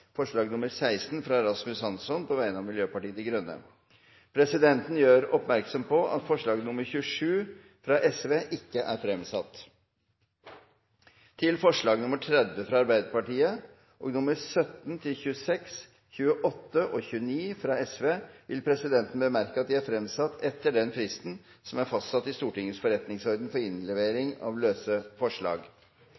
forslag nr. 16, fra Rasmus Hansson på vegne av Miljøpartiet De Grønne Presidenten gjør oppmerksom på at forslag nr. 27 fra Sosialistisk Venstreparti ikke er fremsatt. Til forslag nr. 30, fra Arbeiderpartiet og forslagene nr. 17–26, 28 og 29, fra Sosialistisk Venstreparti vil presidenten bemerke at de er fremsatt etter den fristen som er fastsatt i Stortingets forretningsorden for